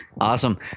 Awesome